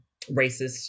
racist